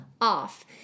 off